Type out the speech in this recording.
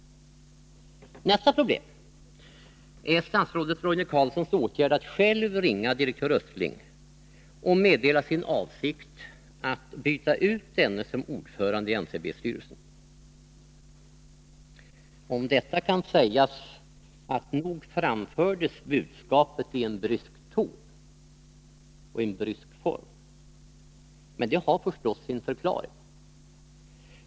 § Nästa problem är statsrådet Roine Carlssons åtgärd att själv ringa direktör Östling och meddela sin avsikt att byta ut denne som ordförande i NCB-styrelsen. Om detta kan sägas, att nog framfördes budskapet i en brysk ton och i en brysk form. Men det har förstås sin förklaring.